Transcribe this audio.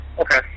Okay